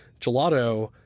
Gelato